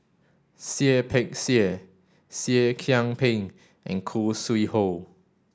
Seah Peck Seah Seah Kian Peng and Khoo Sui Hoe